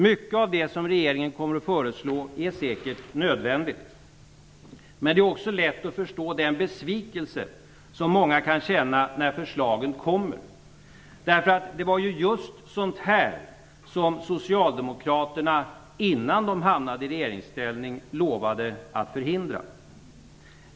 Mycket av det som regeringen kommer att föreslå är säkert nödvändigt, men det är också lätt att förstå den besvikelse som många kan känna när förslagen kommer. Det var just sådant här som socialdemokraterna, innan de hamnade i regeringsställning, lovade att förhindra.